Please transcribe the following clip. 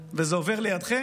וזה עובר לידכם?